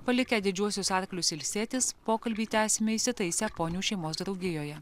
palikę didžiuosius arklius ilsėtis pokalbį tęsėme įsitaisę ponių šeimos draugijoje